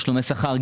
תשלומי שכר,